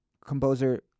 composer